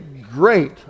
great